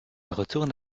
retourne